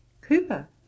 Cooper